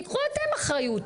תיקחו אתם אחריות,